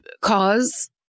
cause